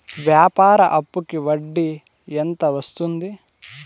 వ్యాపార అప్పుకి వడ్డీ ఎంత వస్తుంది?